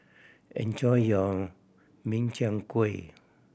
enjoy your Min Chiang Kueh